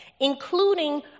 including